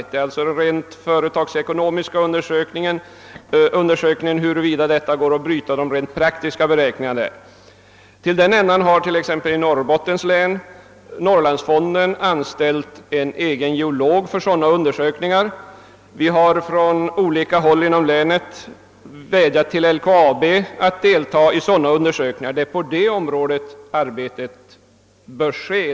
Det gäller alltså de rent praktiska beräkningarna i en rent företagsekonomisk undersökning. För det ändamålet har t.ex. i Norrbottens län Norrlandsfonden anställt en egen geolog för dylika undersökningar. Vi har från olika håll inom länet vädjat till LKAB att deltaga i desamma. Det är på det området arbetet bör ske.